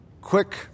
quick